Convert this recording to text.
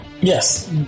Yes